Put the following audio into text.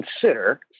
consider